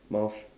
mouse